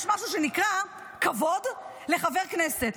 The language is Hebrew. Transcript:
יש משהו שנקרא כבוד לחבר כנסת.